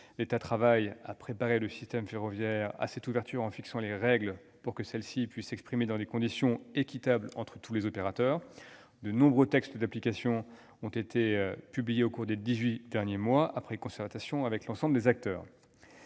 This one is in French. L'État travaille à préparer le système ferroviaire à cette ouverture en fixant les règles pour que celle-ci puisse s'exprimer dans des conditions équitables entre tous les opérateurs. De nombreux textes d'application ont ainsi été publiés au cours des dix-huit derniers mois, après concertation avec l'ensemble des acteurs.